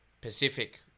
pacific